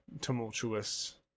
tumultuous